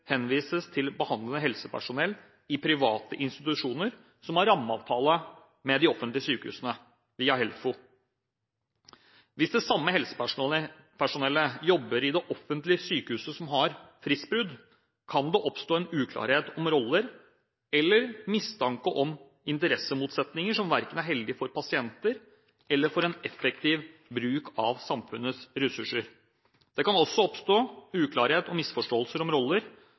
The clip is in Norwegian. henvises til behandlende helsepersonell i private institusjoner som har rammeavtale med de offentlige sykehusene, via HELFO. Hvis det samme helsepersonellet jobber i det offentlige sykehuset som har fristbrudd, kan det oppstå en uklarhet om roller eller mistanke om interessemotsetninger som ikke er heldig, verken for pasienter eller for en effektiv bruk av samfunnets ressurser. Det kan også oppstå uklarhet og misforståelser om roller